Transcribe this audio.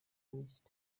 nicht